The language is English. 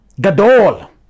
gadol